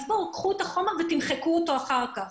קחו את החומר אבל תמחקו אותו אחר כך.